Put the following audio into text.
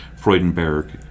Freudenberg